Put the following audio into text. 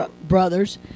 brothers